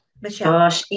michelle